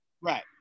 right